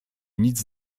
nic